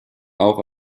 auch